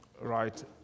Right